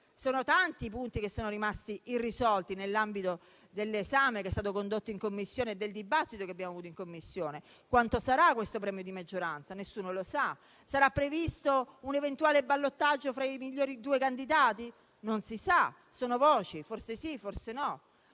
Sono tanti i punti rimasti irrisolti nell'ambito dell'esame che è stato condotto in Commissione e del dibattito che abbiamo svolto. Quanto sarà questo premio di maggioranza? Nessuno lo sa. Sarà previsto un eventuale ballottaggio fra i migliori due candidati? Non si sa, sono voci: forse sì, forse no.